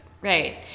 Right